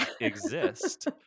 exist